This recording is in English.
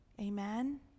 Amen